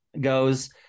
goes